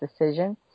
decision